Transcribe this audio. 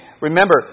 remember